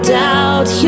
doubt